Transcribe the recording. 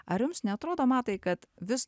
ar jums neatrodo matai kad vis